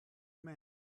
men